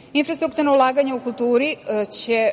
baštine. Infrastrukturna ulaganja u kulturi će